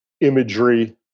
imagery